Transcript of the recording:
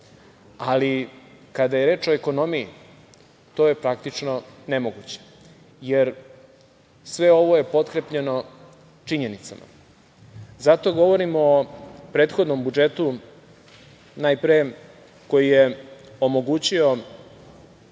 ali kada je reč o ekonomiji, to je praktično nemoguće jer sve ovo je potkrepljeno činjenicama. Zato govorim o prethodnom budžetu, najpre koji je omogućio